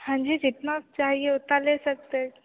हाँ जी जितना चाहिए उतना ले सकते हैं